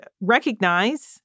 recognize